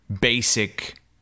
basic